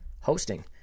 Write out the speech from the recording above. hosting